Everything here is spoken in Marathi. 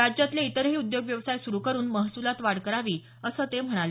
राज्यातले इतरही उद्योग व्यवसाय सुरु करुन महसुलात वाढ करावी असं ते म्हणाले